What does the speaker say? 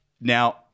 Now